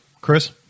Chris